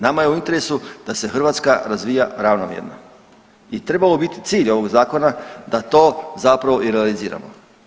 Nama je u interesu da se Hrvatska razvija ravnomjerno i trebao bi biti cilj ovog zakona da to zapravo i realiziramo.